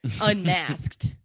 unmasked